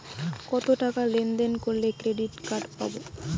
কতটাকা লেনদেন করলে ক্রেডিট কার্ড পাব?